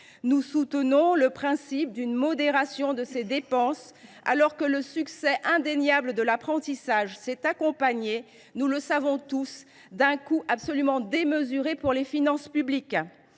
Nous soutenons le principe d’une modération de ces dépenses, alors que le succès indéniable de l’apprentissage s’est accompagné, nous le savons tous, d’un coût absolument démesuré pour les finances publiques.